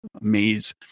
maze